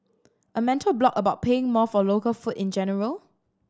a mental block about paying more for local food in general